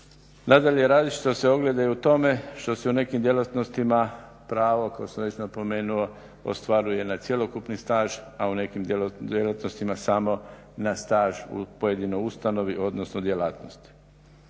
Nadalje, različitost se ogleda i u tome što se u nekim djelatnostima pravo kao što sam već napomenuo ostvaruje na cjelokupni staž, a u nekim djelatnostima samo na staž u pojedinoj ustanovi odnosno djelatnosti.